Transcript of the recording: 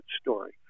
story